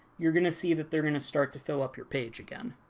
you're going to see that they're going to start to fill up your page again.